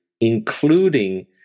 including